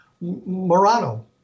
Morano